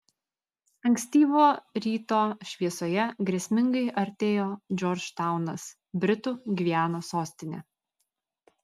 ankstyvo ryto šviesoje grėsmingai artėjo džordžtaunas britų gvianos sostinė